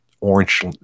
orange